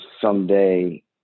someday